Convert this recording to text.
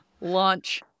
launch